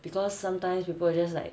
because sometimes people just like